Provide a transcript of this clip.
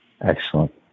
Excellent